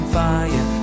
fire